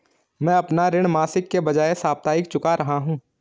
मैं अपना ऋण मासिक के बजाय साप्ताहिक चुका रहा हूँ